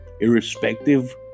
irrespective